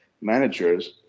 managers